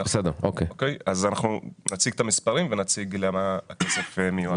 אנחנו נציג את המספרים ונראה לאן הכסף מיועד.